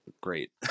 great